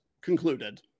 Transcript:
concluded